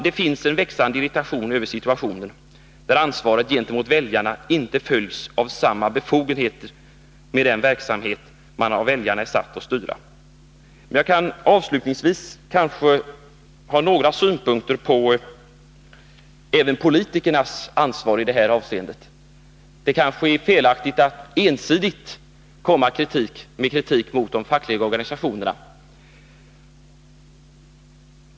Det finns, fru talman, en växande irritation över en situation där ansvaret gentemot väljarna inte följs av samma befogenhet när det gäller den verksamhet som man av väljarna är satt att styra. Jag vill avslutningsvis ge några synpunkter på politikernas ansvar i detta avseende. Det är felaktigt att ensidigt komma med kritik mot de fackliga organisationerna.